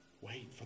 Wait